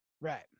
Right